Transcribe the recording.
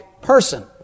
person